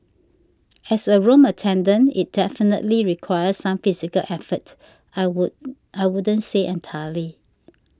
as a room attendant it definitely requires some physical effort I would I wouldn't say entirely